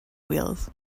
wheels